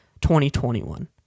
2021